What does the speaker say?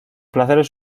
placeres